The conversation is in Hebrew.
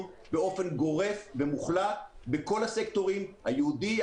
באופן גורף ומוחלט בכל הסקטורים: היהודי,